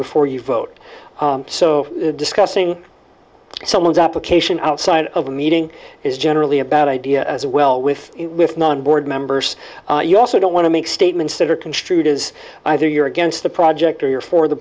before you vote so discussing someone's application outside of a meeting is generally a bad idea as well with with non board members you also don't want to make statements that are construed as either you're against the project or you're for the